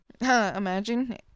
imagine